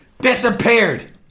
disappeared